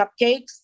cupcakes